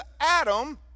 Adam